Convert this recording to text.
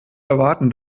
erwarten